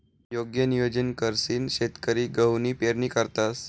योग्य नियोजन करीसन शेतकरी गहूनी पेरणी करतंस